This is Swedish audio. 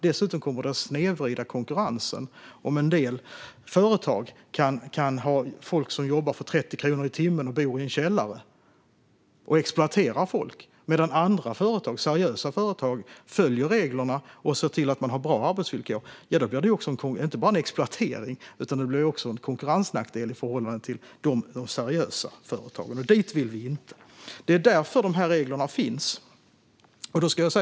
Dessutom skulle det snedvrida konkurrensen om en del företag kan ha folk som jobbar för 30 kronor i timmen och bor i en källare, att man exploaterar folk, medan seriösa företag följer reglerna och ser till att ha bra arbetsvillkor. Då blir det inte bara en exploatering utan också en konkurrensnackdel för de seriösa företagen, och dit vill vi inte. Det är därför de här reglerna finns.